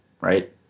right